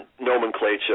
nomenclature